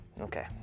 Okay